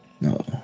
No